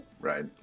Right